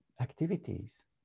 activities